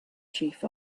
chief